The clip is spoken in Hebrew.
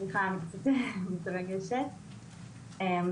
במחלקת החינוך ציר המניעה כשאנחנו מדברים על